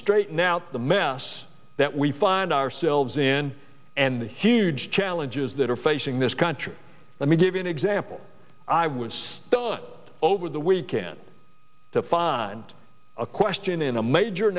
straighten out the mess that we find ourselves in and the huge challenges that are facing this country let me give you an example i would start over the weekend to find a question in a major